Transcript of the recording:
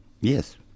Yes